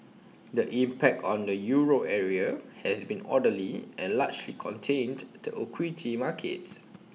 the impact on the euro area has been orderly and largely contained to equity markets